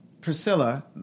Priscilla